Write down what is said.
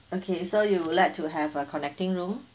okay so you would like to have a connecting room